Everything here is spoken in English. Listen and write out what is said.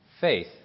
faith